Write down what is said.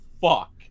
fuck